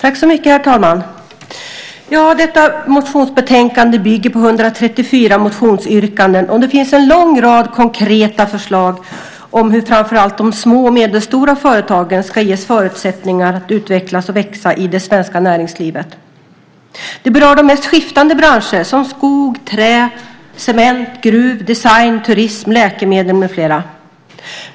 Herr talman! Detta motionsbetänkande bygger på 134 motionsyrkanden. Det finns en lång rad konkreta förslag om hur framför allt de små och medelstora företagen ska ges förutsättningar att utvecklas och växa i det svenska näringslivet. Det berör de mest skiftande branscher, som skog, trä, cement, gruvor, design, turism, läkemedel med flera.